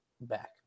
back